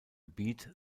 gebiet